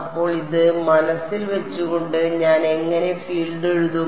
അപ്പോൾ ഇത് മനസ്സിൽ വെച്ചുകൊണ്ട് ഞാൻ എങ്ങനെ ഫീൽഡ് എഴുതും